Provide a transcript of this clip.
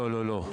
לא, לא.